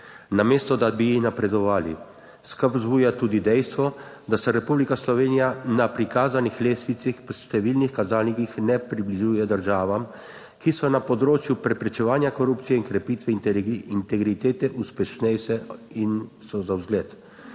namesto, da bi napredovali. Skrb vzbuja tudi dejstvo, da se Republika Slovenija na prikazanih lestvicah po številnih kazalnikih ne približuje državam, ki so na področju preprečevanja korupcije in krepitve integritete uspešnejše in so za vzgled,